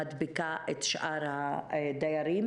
הזאת.